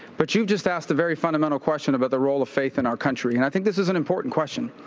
but you've just asked a very fundamental question about the role of faith in our country. and i think this is an important question.